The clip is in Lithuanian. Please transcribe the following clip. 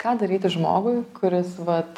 ką daryti žmogui kuris vat